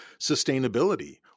sustainability